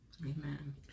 Amen